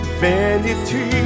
vanity